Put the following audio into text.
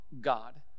God